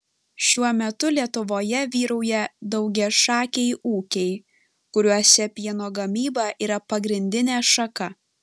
šiuo metu lietuvoje vyrauja daugiašakiai ūkiai kuriuose pieno gamyba yra pagrindinė šaka